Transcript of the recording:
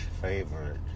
Favorite